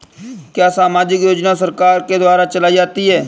क्या सामाजिक योजना सरकार के द्वारा चलाई जाती है?